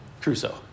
Crusoe